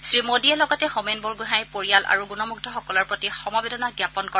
শ্ৰীমোদীয়ে লগতে হোমেন বৰগোহাঞিৰ পৰিয়াল আৰু গুণমুধ্ধসকলৰ প্ৰতি সমবেদনা জ্ঞাপন কৰে